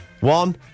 One